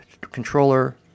controller